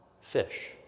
fish